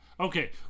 Okay